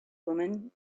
woman